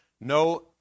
No